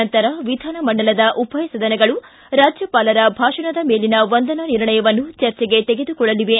ನಂತರ ವಿಧಾನಮಂಡಲದ ಉಭಯ ಸದನಗಳು ರಾಜ್ಯಪಾಲರ ಭಾಷಣದ ಮೇಲಿನ ವಂದನಾ ನಿರ್ಣಯವನ್ನು ಚರ್ಚೆಗೆ ತೆಗೆದುಕೊಳ್ಳಲಿವೆ